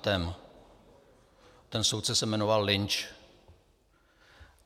Ten soudce se jmenoval Lynch